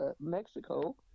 Mexico